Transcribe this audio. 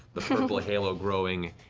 the purple halo growing,